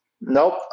Nope